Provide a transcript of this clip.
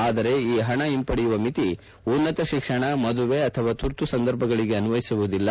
ಆದರೆ ಈ ಹಣ ಹಿಂಪಡೆಯುವ ಮಿತಿ ಉನ್ನತ ಶಿಕ್ಷಣ ಮದುವೆ ಅಥವಾ ತುರ್ತು ಸಂದರ್ಭಗಳಿಗೆ ಅನ್ವಯವಾಗುವುದಿಲ್ಲ